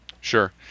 Sure